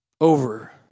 over